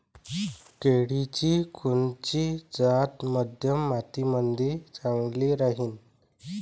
केळाची कोनची जात मध्यम मातीमंदी चांगली राहिन?